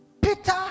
Peter